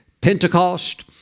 Pentecost